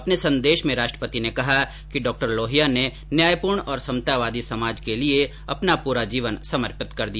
अपने संदेश में राष्ट्रपति ने कहा कि डॉक्टर लोहिया ने न्यायपूर्ण और समतावादी समाज के लिए अपना पूरा जीवन समर्पित कर दिया